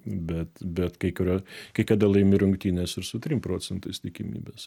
bet bet kai kurios kai kada laimi rungtynes ir su trim procentais tikimybės